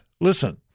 Listen